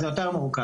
אז זה יותר מורכב.